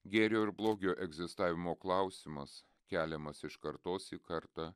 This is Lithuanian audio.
gėrio ir blogio egzistavimo klausimas keliamas iš kartos į kartą